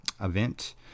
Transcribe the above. event